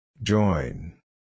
Join